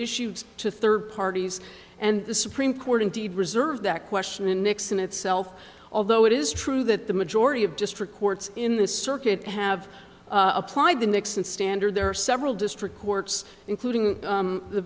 issued to third parties and the supreme court indeed reserve that question in nixon itself although it is true that the majority of district courts in this circuit have applied the nixon standard there are several district courts including